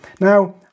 Now